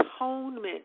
atonement